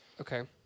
Okay